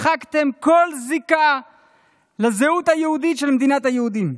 מחקתם כל זיקה לזהות היהודית של מדינת היהודים.